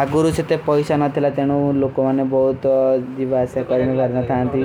ଆଗୁରୂ ସେ ପୈସା ନା ଥିଲା ତେନୋ ଲୋକୋ ମନେ ବହୁତ ଜୀଵାସେ କରନୀ ଭାରନା ଥାନତୀ।